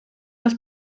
das